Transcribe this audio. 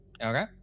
Okay